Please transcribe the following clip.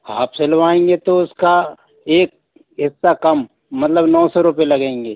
half सिलवाऍंगे तो उसका एक एक का कम मतलब नौ सौ रुपये लगेंगे